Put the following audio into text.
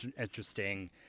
interesting